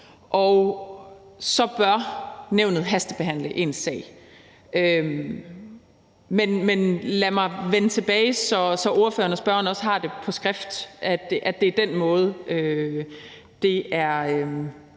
og så bør nævnet hastebehandle ens sag. Men lad mig vende tilbage, så spørgeren også har på skrift, at det er den måde, som det er